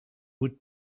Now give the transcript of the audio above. would